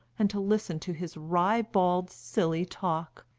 and to listen to his ribald, silly talk.